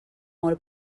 molt